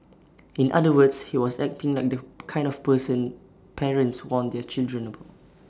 in other words he was acting like the kind of person parents warn their children about